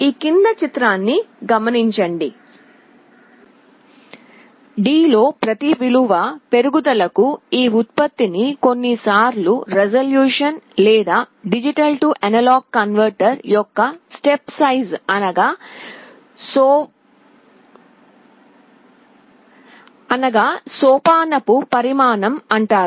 D లో ప్రతి విలువ పెరుగుదలకు ఈ ఉత్పత్తిని కొన్నిసార్లు రిజల్యూషన్ లేదా D A కన్వర్టర్ యొక్క స్టెప్ సైజు అనగా సోపానపు పరిమాణం అంటారు